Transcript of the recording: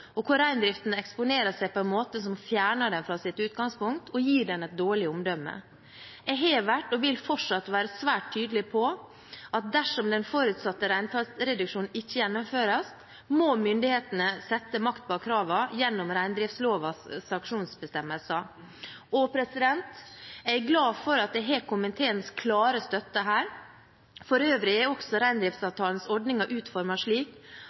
der reindriften eksponerer seg på en måte som fjerner den fra sitt utgangspunkt og gir den et dårlig omdømme. Jeg har vært og vil fortsatt være svært tydelig på at dersom den forutsatte reintallsreduksjonen ikke gjennomføres, må myndighetene sette makt bak kravene gjennom reindriftslovens sanksjonsbestemmelser. Jeg er glad for at jeg har komiteens klare støtte her. For øvrig er også reindriftsavtalens ordninger utformet slik